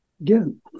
Again